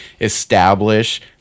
establish